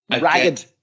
Ragged